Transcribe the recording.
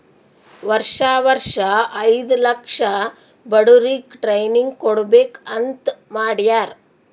ವರ್ಷಾ ವರ್ಷಾ ಐಯ್ದ ಲಕ್ಷ ಬಡುರಿಗ್ ಟ್ರೈನಿಂಗ್ ಕೊಡ್ಬೇಕ್ ಅಂತ್ ಮಾಡ್ಯಾರ್